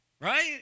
right